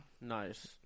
Nice